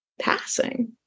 passing